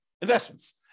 investments